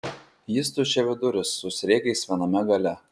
jis tuščiaviduris su sriegiais viename gale